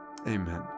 amen